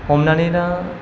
हमनानै ला